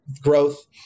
growth